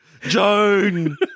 Joan